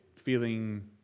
feeling